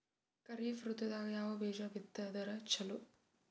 ಖರೀಫ್ ಋತದಾಗ ಯಾವ ಬೀಜ ಬಿತ್ತದರ ಚಲೋ?